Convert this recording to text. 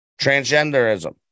Transgenderism